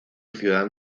ciudad